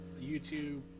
YouTube